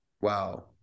wow